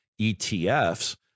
ETFs